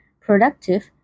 productive